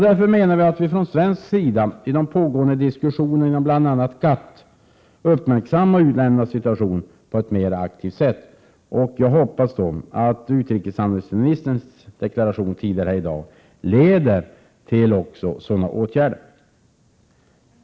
Därför anser vi att man från svensk sida i de pågående diskussionerna inom bl.a. GATT bör uppmärksamma u-ländernas situation på ett mer aktivt sätt. Jag hoppas att utrikeshandelsministerns deklaration i dag leder till sådana åtgärder.